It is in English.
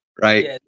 right